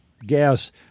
gas